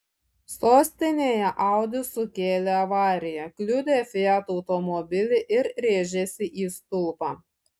sostinėje audi sukėlė avariją kliudė fiat automobilį ir rėžėsi į stulpą